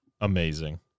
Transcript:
amazing